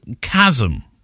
chasm